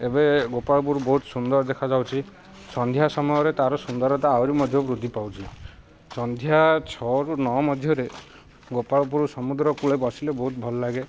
ଏବେ ଗୋପାଳପୁରରୁ ବହୁତ ସୁନ୍ଦର ଦେଖାଯାଉଛିି ସନ୍ଧ୍ୟା ସମୟରେ ତାର ସୁନ୍ଦରତା ଆହୁରି ମଧ୍ୟ ବୃଦ୍ଧି ପାଉଛି ସନ୍ଧ୍ୟା ଛଅରୁ ନଅ ମଧ୍ୟରେ ଗୋପାଳପରୁ ସମୁଦ୍ର କୂଳେ ବସିଲେ ବହୁତ ଭଲ ଲାଗେ